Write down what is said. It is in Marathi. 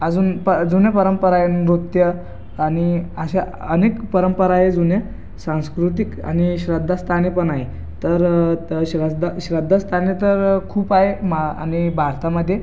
अजून प जुन्या परंपरा आहे नृत्य आणि अशा अनेक परंपरा आहे जुने सांस्कृतिक आणि श्रद्धास्थाने पण आहे तर तर श्रद्धा श्रद्धास्थाने तर खूप आहे मा आणि भारतामध्ये